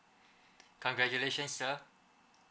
congratulation sir